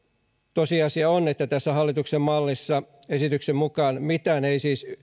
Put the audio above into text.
tosiasia on että tässä hallituksen mallissa esityksen mukaan mitään ei siis